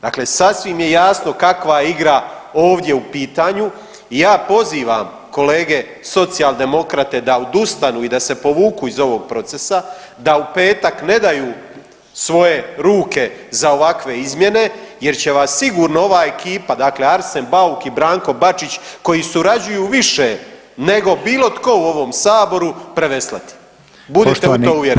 Dakle sasvim je jasno kakva je igra ovdje u pitanju i ja pozivam kolege Socijaldemokrate da odustanu i da se povuku iz ovog procesa, da u petak ne daju svoje ruke za ovakve izmjene jer će vas sigurno ova ekipa, dakle Arsen Bauk i Branko Bačić koji surađuju više nego bilo tko u ovom Saboru preveslati, budite u to uvjereni.